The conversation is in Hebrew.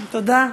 תודה.